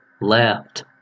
left